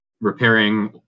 repairing